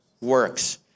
works